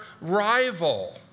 rival